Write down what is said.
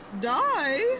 Die